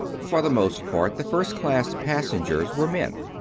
for the most part, the first-class passengers were men.